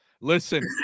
Listen